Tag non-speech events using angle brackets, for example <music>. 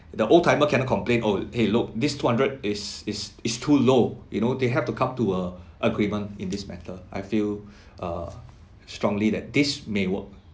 <breath> the old timer cannot complain oh !hey! look this two hundred is is is too low you know they have to come to a agreement in this matter I feel <breath> uh strongly that this may work